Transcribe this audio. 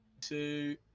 two